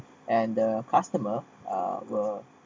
and the customer uh were